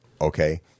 Okay